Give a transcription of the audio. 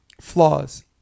flaws